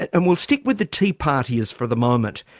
and we'll stick with the tea partiers for the moment.